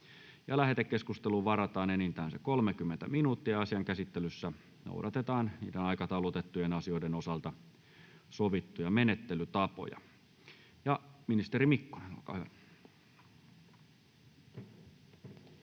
Lähetekeskusteluun varataan enintään 30 minuuttia. Asian käsittelyssä noudatetaan aikataulutettujen asioiden osalta sovittuja menettelytapoja. — Ministeri Mikkonen, olkaa hyvä.